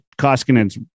Koskinen's